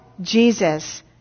Jesus